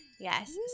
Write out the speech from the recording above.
Yes